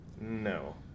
No